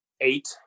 eight